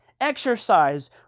Exercise